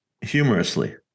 humorously